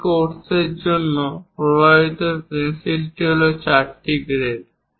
এই কোর্সের জন্য প্রস্তাবিত পেন্সিল হল এই চারটি গ্রেড